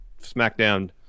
SmackDown